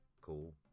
Cool